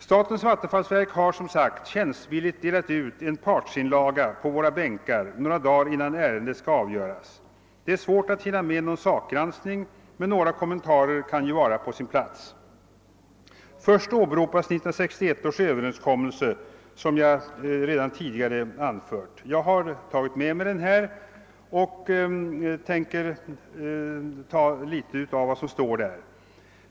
Statens vattenfallsverk har som sagt tjänstvilligt delat ut en partsinlaga på våra bänkar några dagar innan ärendet skall avgöras. Det är svårt att hinna med en sakgranskning, men några kommentarer kan vara på sin plats. Först åberopas 1961 års överenskommelse som jag redan nämnt, och jag vill något beröra innehållet i den.